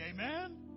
amen